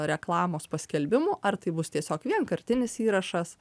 reklamos paskelbimų ar tai bus tiesiog vienkartinis įrašas